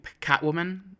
Catwoman